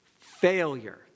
Failure